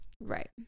Right